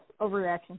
overreaction